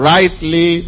Rightly